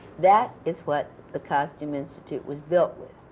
that is what the costume institute was built with.